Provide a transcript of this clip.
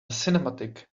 cinematic